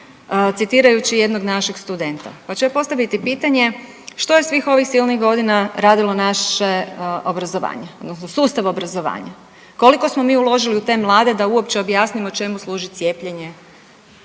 citirajući jednog našeg studenta pa ću ja postaviti pitanje što je svih ovih silnih godina radilo naše obrazovanje, sustav obrazovanja? Koliko smo mi uložili u te mlade da uopće objasnimo čemu služi cijepljenje